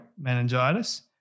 meningitis